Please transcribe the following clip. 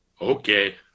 okay